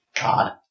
God